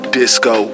disco